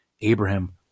Abraham